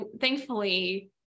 thankfully